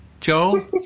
Joel